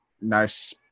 nice